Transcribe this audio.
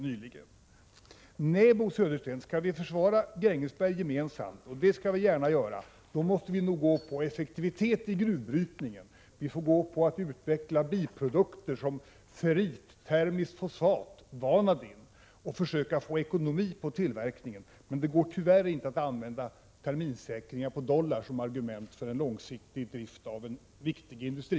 Nej, Bo Södersten, skall vi försvara Grängesberg gemensamt — och det skall vi gärna göra — skall vi gå på effektivitet i gruvbrytningen, på att utveckla biprodukter som ferrit, termisk fosfat och vanadin och på att försöka få ekonomi i tillverkningen. Det går tyvärr inte att använda terminssäkringar i dollar som argument för en långsiktig drift av en viktig industri.